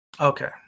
Okay